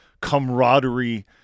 camaraderie